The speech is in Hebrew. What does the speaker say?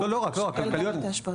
לא רק, הוא שוקל גם את ההשפעות.